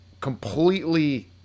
Completely